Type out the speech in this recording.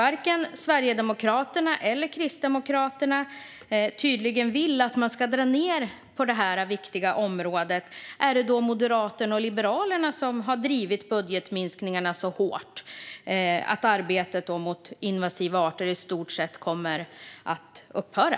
Varken Sverigedemokraterna eller Kristdemokraterna verkar vilja dra ned på detta viktiga område. Är det Moderaterna och Liberalerna som har drivit budgetminskningarna så hårt att arbetet mot invasiva arter i stort sett kommer att upphöra?